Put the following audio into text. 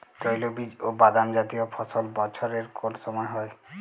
তৈলবীজ ও বাদামজাতীয় ফসল বছরের কোন সময় হয়?